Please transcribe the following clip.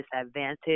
disadvantage